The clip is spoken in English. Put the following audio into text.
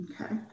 Okay